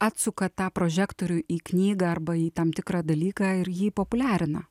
atsuka tą prožektorių į knygą arba į tam tikrą dalyką ir jį populiarina